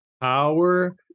Power